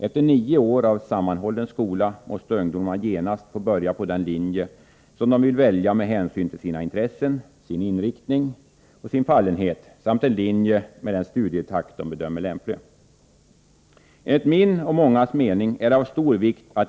Efter nio år av sammanhållen skola måste ungdomarna genast få börja på den linje de vill med hänsyn till sina intressen, sin inriktning och sin fallenhet samt en linje med den studietakt de bedömer som lämplig.